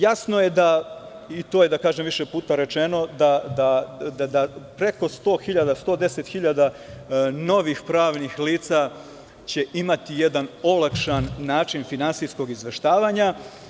Jasno je da, i to je da kažem više puta rečeno, preko 110 hiljada novih pravnih lica će imati jedan olakšan način finansijskog izveštavanja.